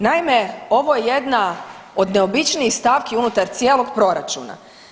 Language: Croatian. Naime, ovo je jedna od neobičnijih stavki unutar cijelog proračuna.